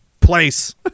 place